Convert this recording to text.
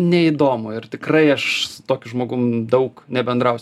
neįdomu ir tikrai aš tokiu žmogum daug nebendrausiu